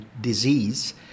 disease